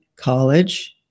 College